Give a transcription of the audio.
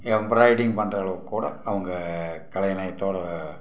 embroidering பண்ணுற அளவுக்குக் கூட அவங்க கலைநயத்தோட